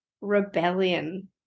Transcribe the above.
Rebellion